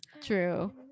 true